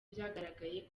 byagaragaye